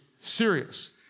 serious